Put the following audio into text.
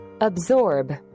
Absorb